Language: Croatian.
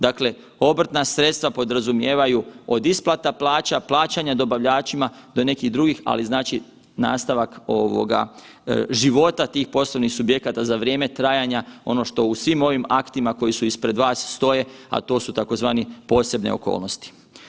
Dakle, obrtna sredstva podrazumijevaju od isplata plaća, plaćanja dobavljačima do nekih drugih, ali znači nastavak ovoga života tih poslovnih subjekata za vrijeme trajanja ono što u svim ovim aktima koji su ispred vas stoje, a to su tzv. posebne okolnosti.